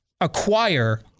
acquire